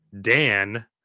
Dan